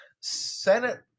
Senate